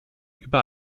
über